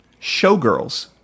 Showgirls